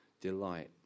delight